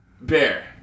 Bear